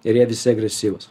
ir jie visi agresyvūs